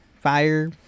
Fire